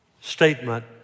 statement